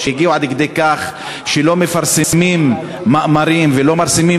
שהגיעו עד כדי כך שלא מפרסמים מאמרים ולא מפרסמים